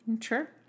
Sure